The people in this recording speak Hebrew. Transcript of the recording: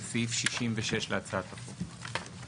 זה סעיף 66 להצעת החוק.